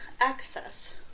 access